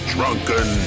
Drunken